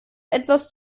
etwas